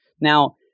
Now